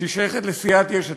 ששייכת לסיעת יש עתיד.